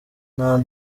nta